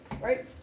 right